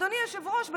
אדוני היושב-ראש,